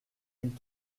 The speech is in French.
mille